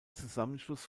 zusammenschluss